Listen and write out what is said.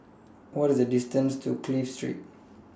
What IS The distance to Clive Street